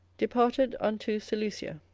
departed unto seleucia